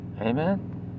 Amen